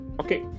Okay